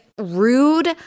rude